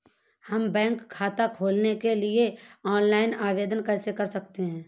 हम बैंक खाता खोलने के लिए ऑनलाइन आवेदन कैसे कर सकते हैं?